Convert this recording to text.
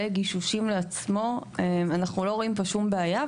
גישושים לעצמו אנחנו לא רואים פה שום בעיה,